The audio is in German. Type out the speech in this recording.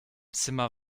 zimmer